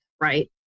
right